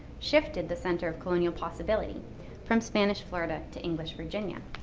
shifted the center of colonial possibility from spanish florida to english virginia.